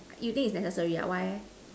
you think is necessary ah why eh